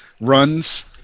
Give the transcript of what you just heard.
runs